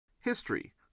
History